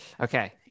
Okay